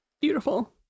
Beautiful